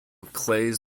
clays